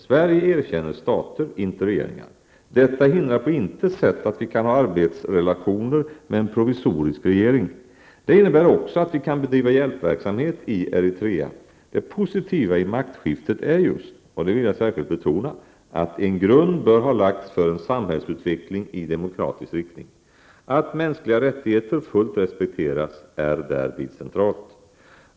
Sverige erkänner stater, inte regeringar. Detta hindrar på intet sätt att vi kan ha arbetsrelationer med en provisorisk regering. Det innebär också att vi kan bedriva hjälpverksamhet i Eritrea. Det positiva i maktskiftet är just, och det vill jag särskilt betona, att en grund bör ha lagts för en samhällsutveckling i demokratisk riktning. Att mänskliga rättigheter fullt respekteras är därvid centralt.